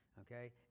okay